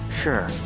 Sure